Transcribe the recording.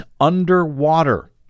underwater